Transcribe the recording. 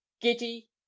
Giddy